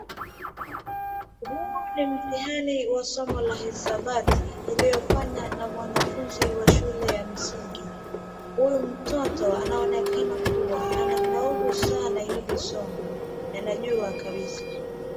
Huo ni mtihani wa somo la hisabati, iliofanywa na mwanafunzi wa shule ya msingi. Huyu mtoto anaonekana kuwa, anafaulu sana hili somo, anajua kabisa.